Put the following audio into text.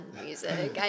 music